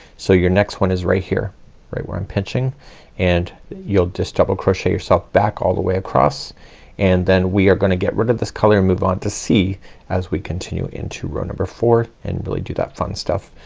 so your next one is right here right where i'm pinching and you'll just double crochet yourself back all the way across and then we are gonna get rid of this color and move on to c as we continue into row number four and really do that fun stuff.